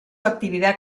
actividad